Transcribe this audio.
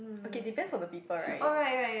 okay depends on the people right